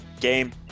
game